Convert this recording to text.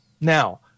Now